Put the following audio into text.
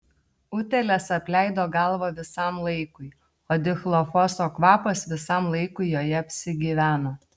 utėlės apleido galvą visam laikui o dichlofoso kvapas visam laikui joje apsigyveno